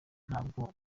ntabwo